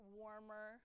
warmer